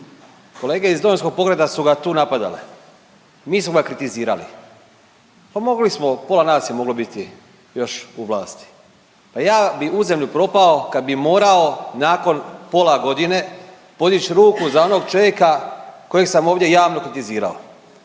Kolege iz Domovinskog pokreta su ga tu napadale, mi smo ga kritizirali, pa mogli smo, pola nas je moglo biti još u vlasti. Pa ja bi u zemlju propao kad bi morao nakon pola godine podić ruku za onog čovjeka kojeg sam ovdje javno kritizirao,